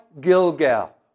Gilgal